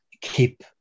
keep